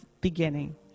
beginning